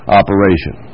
operation